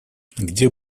где